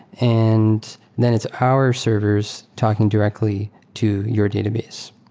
and then it's our servers talking directly to your database.